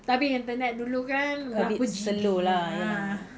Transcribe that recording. tapi internet dulu kan berapa G_B ah